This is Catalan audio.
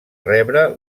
rebre